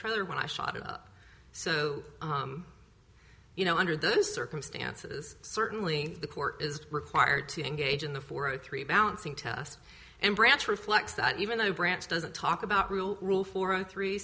trailer when i shot it up so you know under those circumstances certainly the court is required to engage in the four or three balancing test and branch reflects that even though branch doesn't talk about rule rule four